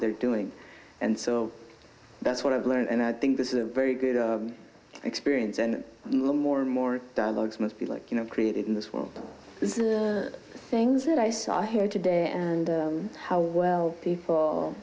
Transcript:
they're doing and so that's what i've learned and i think this is a very good experience and more and more dogs must be like you know created in this world this is things that i saw here today and how well people